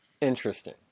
Interesting